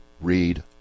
read